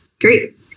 Great